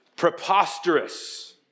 preposterous